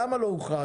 למה לא הוכרז?